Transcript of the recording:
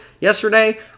yesterday